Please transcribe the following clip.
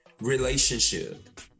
relationship